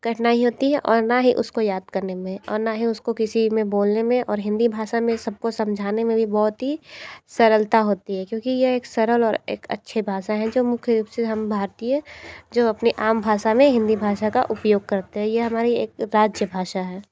कठिनाई होती है और ना ही उसको याद करने में और ना ही उसको किसी में बोलने में और हिंदी भाषा में सबको समझाने में भी बहुत ही सरलता होती है क्योंकि ये एक सरल और एक अच्छे भाषा हैं जो मुख्य रूप से हम भारतीय जो अपने आम भाषा में हिंदी भाषा का उपयोग करते हैं यह हमारी एक राज्य भाषा है